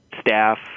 staff